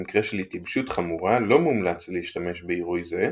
במקרה של התייבשות חמורה לא מומלץ להשתמש בעירוי זה,